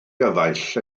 gyfaill